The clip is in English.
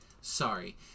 Sorry